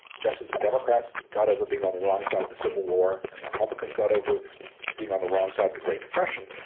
just as the democrats got over being on the wrong side of the civil war and the republicans got over being on the wrong side of the great depression,